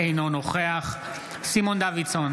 אינו נוכח סימון דוידסון,